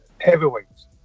heavyweights